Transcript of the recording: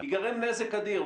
ייגרם נזק אדיר.